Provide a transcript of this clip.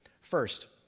First